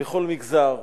בכל מגזר.